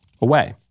away